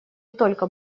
только